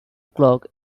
clock